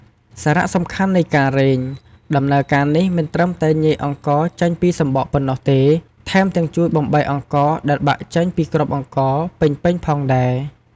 សារៈសំខាន់នៃការរែង ដំណើរការនេះមិនត្រឹមតែញែកអង្ករចេញពីសម្បកប៉ុណ្ណោះទេ ថែមទាំងជួយបំបែកអង្ករដែលបាក់ចេញពីគ្រាប់អង្ករពេញៗផងដែរ។